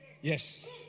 Yes